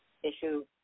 issue